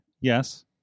Yes